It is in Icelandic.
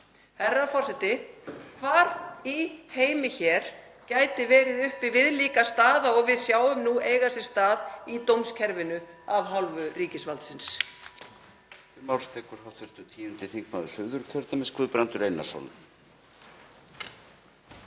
Herra forseti. Hvar í heimi hér gæti verið uppi viðlíka staða og við sjáum nú eiga sér stað í dómskerfinu af hálfu ríkisvaldsins?